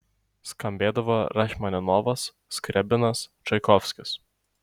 skambėdavo rachmaninovas skriabinas čaikovskis